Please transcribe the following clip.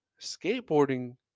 skateboarding